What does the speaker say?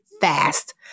fast